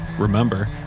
Remember